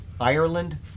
Ireland